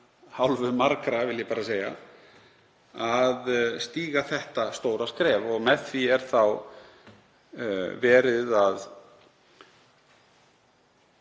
hálfu margra, vil ég bara segja, að stíga þetta stóra skref. Með því er þá verið að